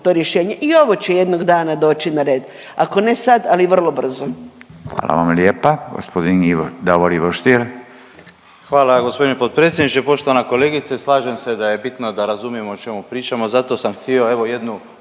to rješenje. I ovo će jednog dana doći na red, ako ne sad ali vrlo brzo.